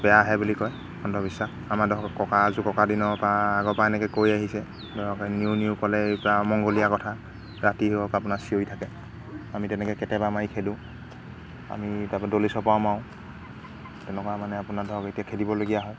বেয়া আহে বুলি কয় অন্ধবিশ্বাস আমাৰ ধৰক ককা আজু ককা দিনৰপৰা আগৰপৰা এনেকৈ কৈ আহিছে ধৰক এই নিউ নিউ ক'লে ইয়াৰপৰা অমংগলীয়া কথা ৰাতি হওক আপোনাৰ চিঞৰি থাকে আমি তেনেকৈ কেটেপা মাৰি খেদোঁ আমি তাৰপৰা দলি চপৰাও মাৰোঁ তেনেকুৱা মানে আপোনাৰ ধৰক এতিয়া খেদিবলগীয়া হয়